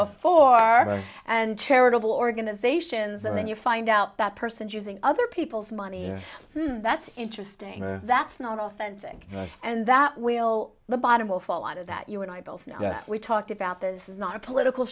or and charitable organizations and then you find out that person is using other people's money and that's interesting that's not authentic and that will the bottom will fall out of that you and i both know we talked about this is not a political